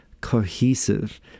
cohesive